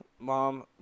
Mom